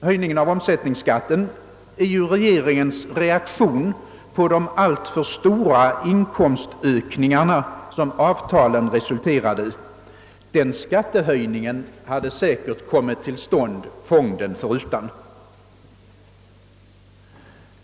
Höjningen av omsättningsskatten är regeringens reaktion på de alltför stora inkomstökningar som avtalen resulterade i. Den skattehöjningen hade säkerligen kommit till stånd fonden förutan.